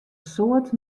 soad